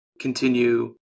continue